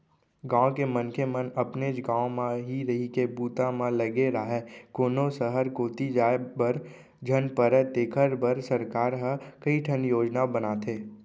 गाँव के मनखे मन अपनेच गाँव म ही रहिके बूता म लगे राहय, कोनो सहर कोती जाय बर झन परय तेखर बर सरकार ह कइठन योजना बनाथे